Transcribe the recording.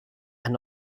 and